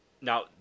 Now